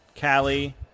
Callie